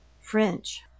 French